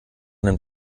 nimmt